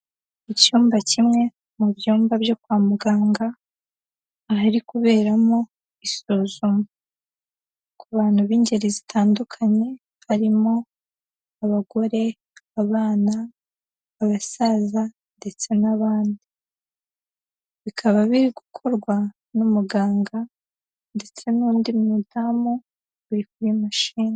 Icyumba kimwe mu byumba byo kwa muganga, ahari kuberamo isuzuma ku bantu b'ingeri zitandukanye harimo abagore, abana, abasaza ndetse n'abandi, bikaba biri gukorwa n'umuganga ndetse n'undi mudamu uri kuri mashini.